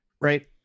Right